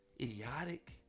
idiotic